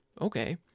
Okay